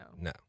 no